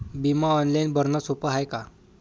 बिमा ऑनलाईन भरनं सोप हाय का?